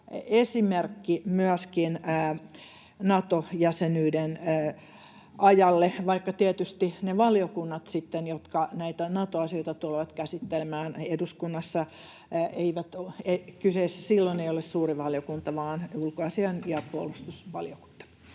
esimerkki myöskin Nato-jäsenyyden ajalle, vaikka tietysti ne valiokunnat, jotka näitä Nato-asioita tulevat käsittelemään eduskunnassa, ovat ulkoasiainvaliokunta ja puolustusvaliokunta,